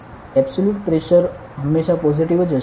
absolute pressure હંમેશા positive જ હશે